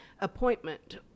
appointment